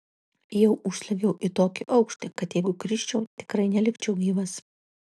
jau užsliuogiau į tokį aukštį kad jeigu krisčiau tikrai nelikčiau gyvas